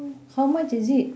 how much is it